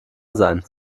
sein